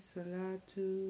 Salatu